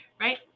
right